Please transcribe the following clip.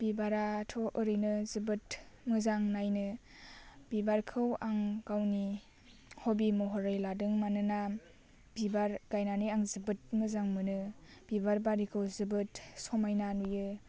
बिबाराथ' ओरैनो जोबोद मोजां नायनो बिबारखौ आं गावनि हबि महरै लादों मानोना बिबार गायनानै आं जोबोद मोजां मोनो बिबार बारिखौ जोबोद समाइना नुयो